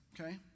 Okay